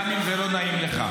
גם אם זה לא נעים לך.